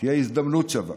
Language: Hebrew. תהיה הזדמנות שווה.